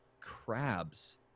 crabs